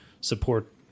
support